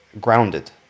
grounded